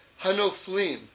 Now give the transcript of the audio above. hanoflim